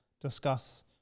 discuss